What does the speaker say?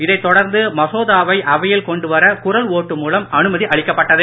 இதைத் தொடர்ந்து மசோதாவை அவையில் கொண்டு வர குரல் ஓட்டு மூலம் அனுமதி அளிக்கப்பட்டது